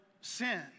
sin